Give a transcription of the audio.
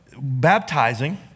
baptizing